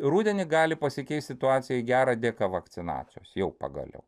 rudenį gali pasikeist situacija į gerą dėka vakcinacijos jau pagaliau